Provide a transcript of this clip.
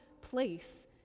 place